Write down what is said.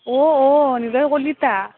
অঁ অঁ নিলয় কলিতা